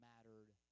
mattered